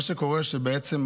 מה שקורה, בעצם,